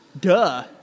Duh